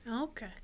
Okay